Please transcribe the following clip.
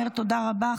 תודה רבה.